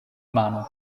mano